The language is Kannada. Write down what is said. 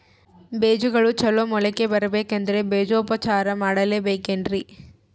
ಬೇಜಗಳು ಚಲೋ ಮೊಳಕೆ ಬರಬೇಕಂದ್ರೆ ಬೇಜೋಪಚಾರ ಮಾಡಲೆಬೇಕೆನ್ರಿ?